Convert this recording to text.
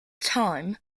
time